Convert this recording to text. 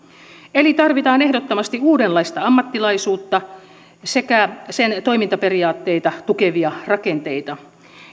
eli tarvitaan ehdottomasti uudenlaista ammattilaisuutta sekä sen toimintaperiaatteita tukevia rakenteita